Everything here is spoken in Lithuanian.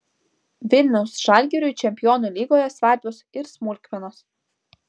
vilniaus žalgiriui čempionų lygoje svarbios ir smulkmenos